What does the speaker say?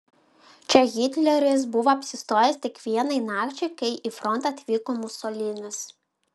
čia hitleris buvo apsistojęs tik vienai nakčiai kai į frontą atvyko musolinis